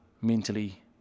mentally